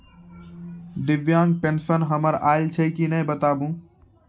दिव्यांग पेंशन हमर आयल छै कि नैय बताबू?